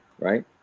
Right